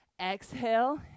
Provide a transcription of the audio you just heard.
exhale